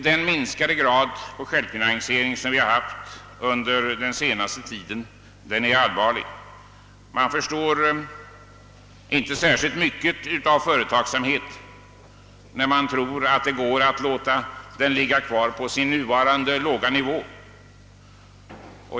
Den minskade grad av självfinansiering som vi haft under den senaste tiden är allvarlig. Man förstår sig inte särskilt mycket på företagsamhet, när man tror att det går att låta självfinansieringen ligga kvar på nuvarande låga nivå.